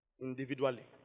Individually